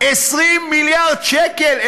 20 מיליארד שקל.